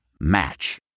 Match